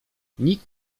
nikt